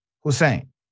Hussein